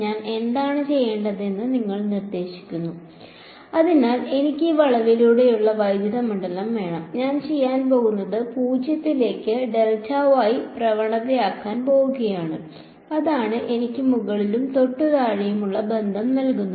ഞാൻ എന്താണ് ചെയ്യേണ്ടതെന്ന് നിങ്ങൾ നിർദ്ദേശിക്കുന്നു അതിനാൽ എനിക്ക് ഈ വളവിലൂടെയുള്ള വൈദ്യുത മണ്ഡലം വേണം ഞാൻ ചെയ്യാൻ പോകുന്നത് 0 ലേക്ക് പ്രവണതയാക്കാൻ പോകുകയാണ് അതാണ് എനിക്ക് മുകളിലും തൊട്ടു താഴെയും ഉള്ള ബന്ധം നൽകുന്നത്